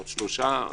שלושה.